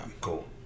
cool